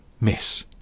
Miss